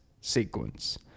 sequence